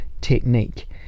technique